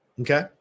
Okay